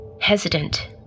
hesitant